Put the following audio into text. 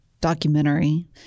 documentary